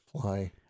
fly